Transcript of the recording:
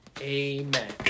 amen